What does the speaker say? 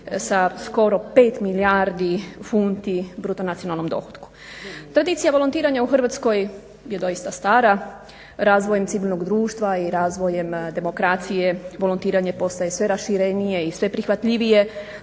sa skoro pet milijardi funti bruto nacionalnom dohotku. Tradicija volontiranja u Hrvatskoj je doista stara. Razvojem civilnog društva i razvojem demokracije, volontiranje postaje sve raširenije i sve prihvatljivije.